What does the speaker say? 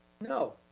No